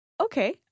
Okay